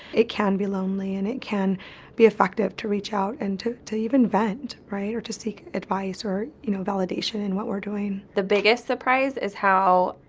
it can be lonely and it can be effective to reach out and to, to even vent, right, or to seek advice or you know validation in what we're doing. the biggest surprise is how,